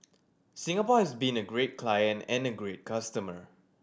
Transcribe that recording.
Singapore has been a great client and a great customer